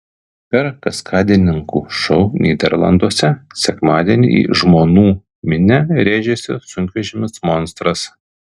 per kaskadininkų šou nyderlanduose sekmadienį į žmonų minią rėžėsi sunkvežimis monstras